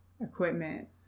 equipment